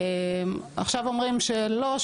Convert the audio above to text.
עכשיו אומרים שלא,